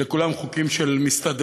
אלה כולם חוקים של מסתדרים.